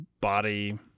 body